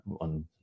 on